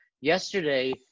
Yesterday